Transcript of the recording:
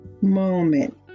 moment